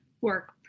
work